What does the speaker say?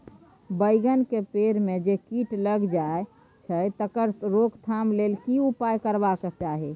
बैंगन के पेड़ म जे कीट लग जाय छै तकर रोक थाम के लेल की उपाय करबा के चाही?